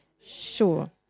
Sure